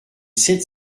sept